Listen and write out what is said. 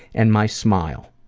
and my smile.